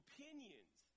Opinions